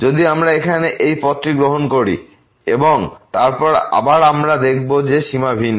যদি আমরা এখানে এই পথটি গ্রহণ করি এবং তারপর আবার আমরা দেখব যে সীমা ভিন্ন